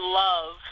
love